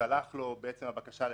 ותישלח לו בקשה לביטול,